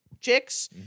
chicks